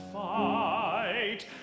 fight